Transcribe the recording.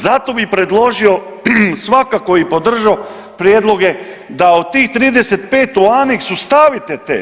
Zato bih predložio svakako i podržao prijedloge da od tih 35 u anexu stavite te.